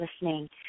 listening